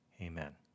amen